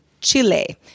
Chile